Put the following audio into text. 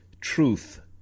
truth